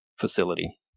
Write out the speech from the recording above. facility